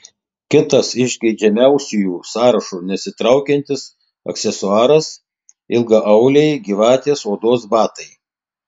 kitas iš geidžiamiausiųjų sąrašo nesitraukiantis aksesuaras ilgaauliai gyvatės odos batai